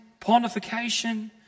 pontification